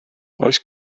oes